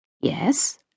yes